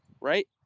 right